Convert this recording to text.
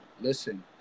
Listen